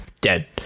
dead